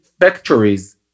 factories